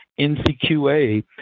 NCQA